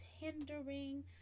hindering